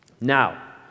Now